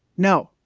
no.